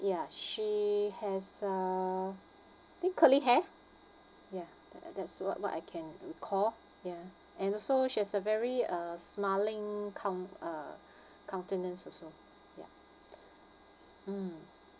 ya she has a I think curly hair ya that that's what what I can recall ya and also she has a very uh smiling com~ uh also ya mm